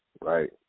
right